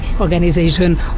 organization